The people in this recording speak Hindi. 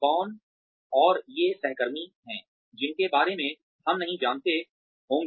कौन और ये सहकर्मी हैं जिनके बारे में हम नहीं जानते होंगे